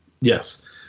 Yes